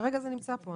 כרגע זה נמצא פה.